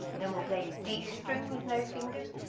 then we'll play a d string with no fingers,